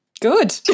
Good